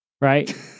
right